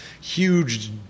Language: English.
huge